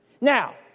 Now